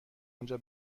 آنجا